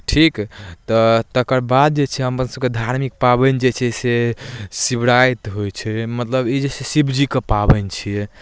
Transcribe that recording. ठीक तऽ तकर बाद जे छै हमर सभके धार्मिक पाबनि जे छै से शिवराति होइ छै मतलब ई जे छै से शिवजीके पाबनि छियै